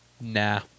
nah